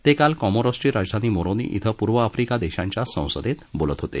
ते काल कॉमोरोसची राजधानी मोरोनी इथं पूर्व आफ्रीका देशांच्या संसदेत बोलत होते